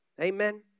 Amen